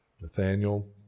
Nathaniel